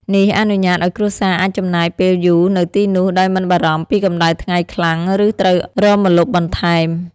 នេះអនុញ្ញាតឲ្យគ្រួសារអាចចំណាយពេលយូរនៅទីនោះដោយមិនបារម្ភពីកំដៅថ្ងៃខ្លាំងឬត្រូវរកម្លប់បន្ថែម។